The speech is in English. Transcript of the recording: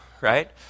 right